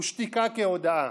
ושתיקה כהודאה.